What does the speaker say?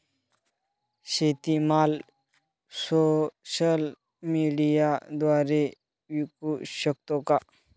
शेतीमाल सोशल मीडियाद्वारे विकू शकतो का?